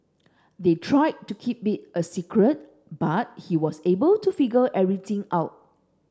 they tried to keep it a secret but he was able to figure everything out